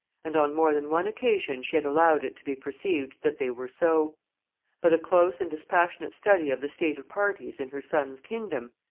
and on more than one occasion she had allowed it to be perceived that they were so but a close and dispassionate study of the state of parties in her son's kingdom,